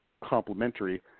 complementary